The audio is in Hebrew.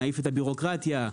את הבירוקרטיה,